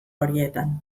horietan